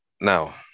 Now